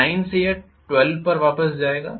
9 से यह 12 पर वापस जाएगा